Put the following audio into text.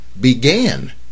began